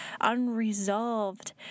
unresolved